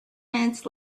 minutes